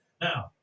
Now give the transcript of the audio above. Now